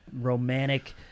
romantic